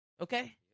Okay